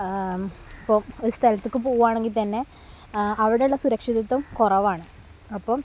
ഇപ്പം ഒരു സ്ഥലത്തിക്ക് പോകുകയാണെങ്കിൽ തന്നെ അവിടെയുള്ള സുരക്ഷിതത്വം കുറവാണ് അപ്പം